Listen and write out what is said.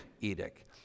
edict